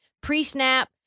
Pre-snap